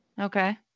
Okay